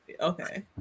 okay